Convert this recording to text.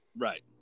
Right